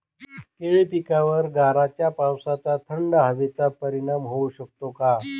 केळी पिकावर गाराच्या पावसाचा, थंड हवेचा परिणाम होऊ शकतो का?